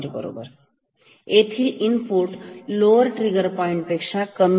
येथील input lower trigger point पेक्षा कमी आहे का